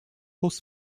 bus